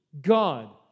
God